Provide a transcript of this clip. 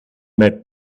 met